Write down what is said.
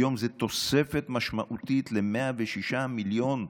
והיום זו תוספת משמעותית ל-106 מיליון.